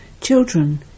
Children